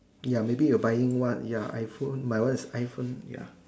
ya maybe you are buying what ya iPhone my one is iPhone ya